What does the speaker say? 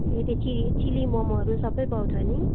ए त्यो चि चिल्ली ममहरू सब पाउँछ नि